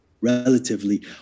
relatively